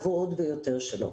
הגבוהות ביותר שלו.